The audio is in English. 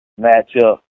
matchup